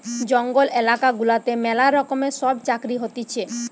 জঙ্গল এলাকা গুলাতে ম্যালা রকমের সব চাকরি হতিছে